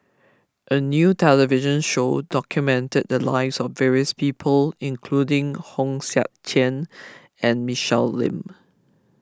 a new television show documented the lives of various people including Hong Sek Chern and Michelle Lim